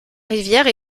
rivière